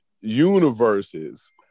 universes